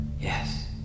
Yes